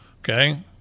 Okay